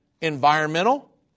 environmental